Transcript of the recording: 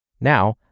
Now